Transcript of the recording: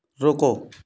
रुको